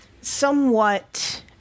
somewhat